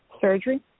Surgery